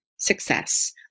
success